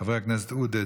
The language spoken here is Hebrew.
חברי הכנסת עודה,